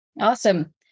Awesome